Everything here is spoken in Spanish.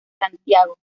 santiago